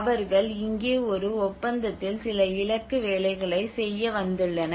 அவர்கள் இங்கே ஒரு ஒப்பந்தத்தில் சில இலக்கு வேலைகளைச் செய்ய வந்துள்ளனர்